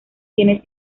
tienes